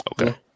Okay